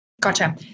Gotcha